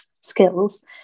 skills